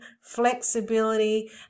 flexibility